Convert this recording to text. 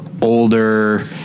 older